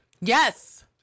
yes